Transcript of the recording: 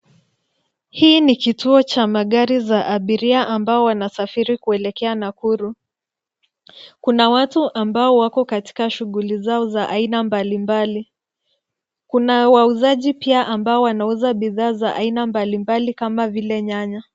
Hii ni kituo cha magari za abiria ambao wanasafiri kuelekea Nakuru, kuna watu ambao wako katika shughuli zao za aina mbali mbali. Kuna wauzaji pia ambao wanauza bidhaa za aina mbali mbali kama vile nyanya.